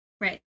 Right